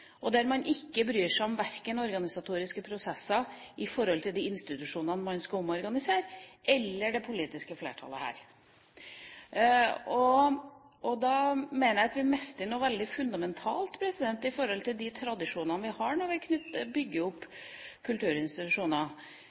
felt der man bruker flertallsmakta til det ytterste. Man bryr seg ikke om verken organisatoriske prosesser i forhold til de institusjonene man skal omorganisere, eller det politiske flertallet her. Da mener jeg at vi mister noe veldig fundamentalt i forhold til de tradisjonene vi har når vi bygger opp kulturinstitusjoner.